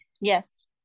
Yes